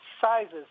sizes